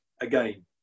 again